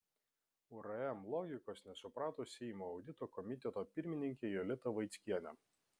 urm logikos nesuprato seimo audito komiteto pirmininkė jolita vaickienė